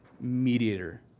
mediator